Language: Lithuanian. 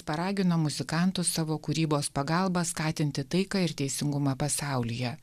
paragino muzikantus savo kūrybos pagalba skatinti taiką ir teisingumą pasaulyje